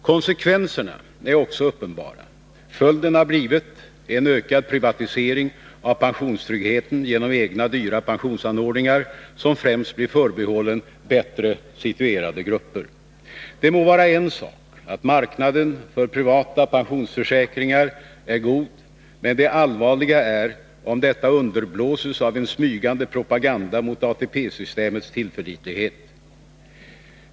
Konsekvenserna är också uppenbara — följden har blivit en ökad privatisering av pensionstryggheten genom egna dyra pensionsanordningar, som främst blir förbehållen bättre situerade grupper. Det må vara en sak att marknaden för privata pensionsförsäkringar är god, men det allvarliga är om detta underblåses av en smygande propaganda mot ATP-systemets tillförlitlighet.